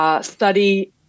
study